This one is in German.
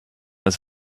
ist